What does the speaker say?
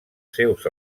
seus